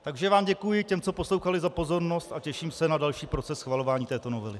Takže vám děkuji, těm, co poslouchali, za pozornost a těším se na další proces schvalování této novely.